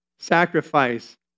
Sacrifice